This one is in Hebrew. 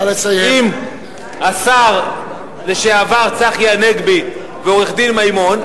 השר לשעבר צחי הנגבי ועורך-הדין מימון,